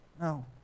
No